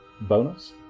bonus